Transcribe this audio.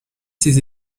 ses